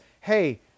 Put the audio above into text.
hey